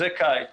בקיץ